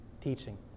teaching